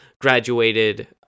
graduated